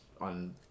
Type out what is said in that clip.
on